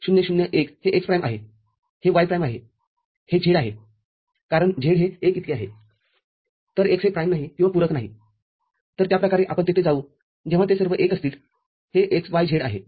० ० १ हे x prime आहेहे y प्राईमआहे हे z आहे कारण z हे १ इतके आहेतर z हे प्राईम नाही किंवा पूरक नाहीतर त्या प्रकारे आपण तेथे जाऊ जेव्हा ते सर्व १ असतील हे x y z आहे